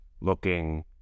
looking